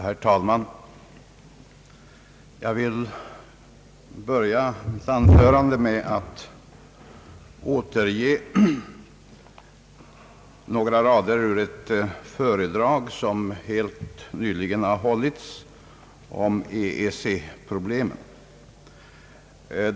Herr talman! Jag vill börja mitt anförande med att återge några rader ur ett föredrag, som helt nyligen har hållits om EEC-problemen.